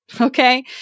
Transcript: Okay